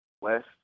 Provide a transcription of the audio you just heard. west